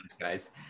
guys